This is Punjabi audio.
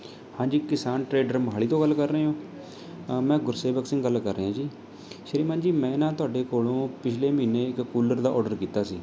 ਹਾਂਜੀ ਕਿਸਾਨ ਟ੍ਰੇਡਰ ਮੋਹਾਲੀ ਤੋਂ ਗੱਲ ਕਰ ਰਹੇ ਹੋ ਮੈਂ ਗੁਰਸੇਵਕ ਸਿੰਘ ਗੱਲ ਕਰ ਰਿਹਾ ਜੀ ਸ਼੍ਰੀ ਮਾਨ ਜੀ ਮੈਂ ਨਾ ਤੁਹਾਡੇ ਕੋਲ਼ੋਂ ਪਿੱਛਲੇ ਮਹੀਨੇ ਇੱਕ ਕੂਲਰ ਦਾ ਔਡਰ ਕੀਤਾ ਸੀ